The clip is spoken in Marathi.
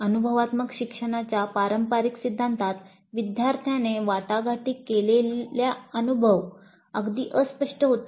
अनुभवात्मक शिक्षणाच्या पारंपारिक सिद्धांतात विद्यार्थ्याने वाटाघाटी केलेला अनुभव अगदी अस्पष्ट होता